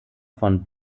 von